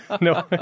no